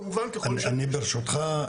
אני ברשותך,